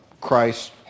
Christ